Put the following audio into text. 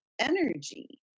energy